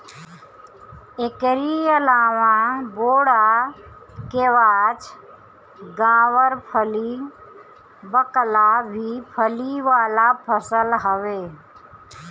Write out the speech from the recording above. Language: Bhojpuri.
एकरी अलावा बोड़ा, केवाछ, गावरफली, बकला भी फली वाला फसल हवे